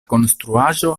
konstruaĵo